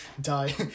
die